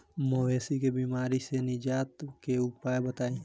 मवेशी के बिमारी से निजात के उपाय बताई?